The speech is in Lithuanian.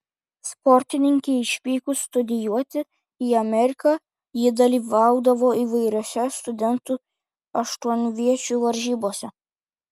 sportininkei išvykus studijuoti į ameriką ji dalyvaudavo įvairiose studentų aštuonviečių varžybose